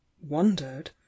wondered